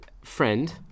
friend